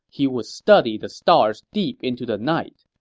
he would study the stars deep into the night.